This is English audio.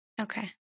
Okay